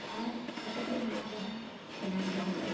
ᱟᱨ ᱠᱷᱟᱹᱴᱟᱹᱞᱤ ᱢᱮᱱᱟᱜ ᱨᱮᱦᱚᱸ ᱵᱮᱱᱟᱣ ᱜᱮ ᱦᱩᱭᱩᱜᱼᱟ